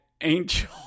Angel